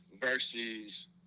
versus